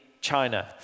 China